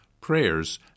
prayers